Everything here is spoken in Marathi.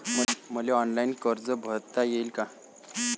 मले ऑनलाईन कर्ज भरता येईन का?